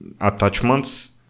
attachments